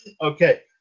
Okay